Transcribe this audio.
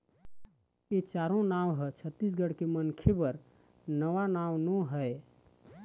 ए चारो नांव ह छत्तीसगढ़ के मनखे बर नवा नांव नो हय